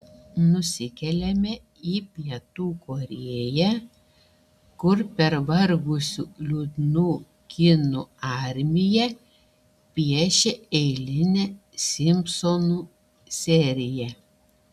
nusikeliame į pietų korėją kur pervargusių liūdnų kinų armija piešia eilinę simpsonų seriją